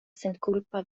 senkulpa